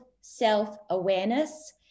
self-awareness